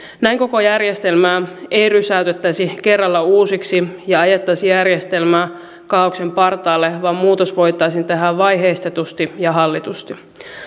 näin koko järjestelmää ei rysäytettäisi kerralla uusiksi ja ajettaisi järjestelmää kaaoksen partaalle vaan muutos voitaisiin tehdä vaiheistetusti ja hallitusti